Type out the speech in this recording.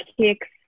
kicks